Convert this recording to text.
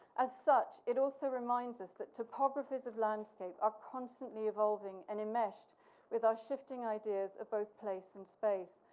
as such, it also reminds us that topographies of landscape are constantly evolving and enmeshed with our shifting ideas of both place and space.